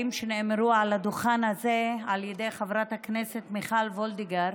שנאמרו על הדוכן הזה על ידי חברת הכנסת מיכל וולדיגר.